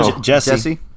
Jesse